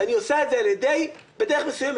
ואני עושה את זה בדרך מסוימת.